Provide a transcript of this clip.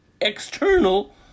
external